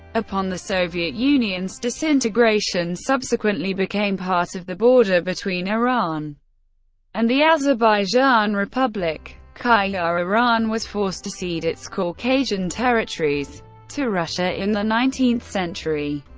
upon the soviet union's disintegration, subsequently became part of the border between iran and the azerbaijan republic. qajar iran was forced to cede its caucasian territories to russia in the nineteenth century,